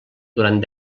durant